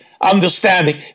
understanding